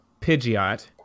Pidgeot